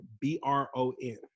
B-R-O-N